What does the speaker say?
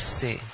see